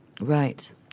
Right